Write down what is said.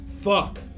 Fuck